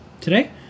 today